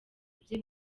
ibye